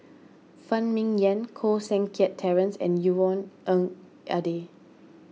Phan Ming Yen Koh Seng Kiat Terence and Yvonne Ng Uhde